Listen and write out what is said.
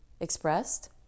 expressed